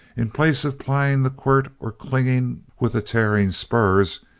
in place of plying the quirt or clinging with the tearing spurs,